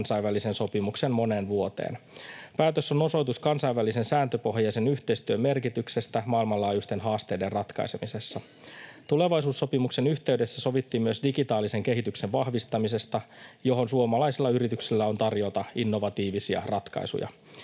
kansainvälisen sopimuksen moneen vuoteen. Päätös on osoitus kansainvälisen, sääntöpohjaisen yhteistyön merkityksestä maailmanlaajuisten haasteiden ratkaisemisessa. Tulevaisuussopimuksen yhteydessä sovittiin myös digitaalisen kehityksen vahvistamisesta, mihin suomalaisilla yrityksillä on tarjota innovatiivisia ratkaisuja.